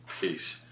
Peace